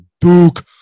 Duke